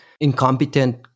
incompetent